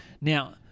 Now